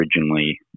originally